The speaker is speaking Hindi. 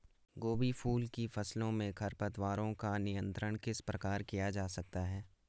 गोभी फूल की फसलों में खरपतवारों का नियंत्रण किस प्रकार किया जा सकता है?